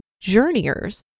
journeyers